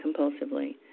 compulsively